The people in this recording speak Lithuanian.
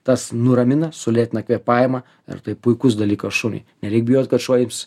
tas nuramina sulėtina kvėpavimą ir tai puikus dalykas šuniui nereik bijot kad šuo ims